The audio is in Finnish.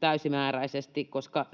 täysimääräisesti, koska